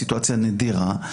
סיטואציה נדירה,